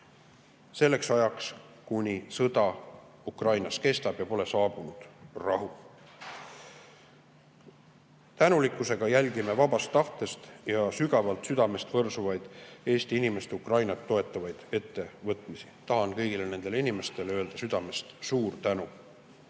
selleks ajaks, kuni sõda Ukrainas kestab ja pole saabunud rahu. Tänulikkusega jälgime vabast tahtest ja sügavalt südamest võrsuvaid Eesti inimeste Ukrainat toetavaid ettevõtmisi. Tahan kõigile nendele inimestele öelda südamest suur tänu. Eesti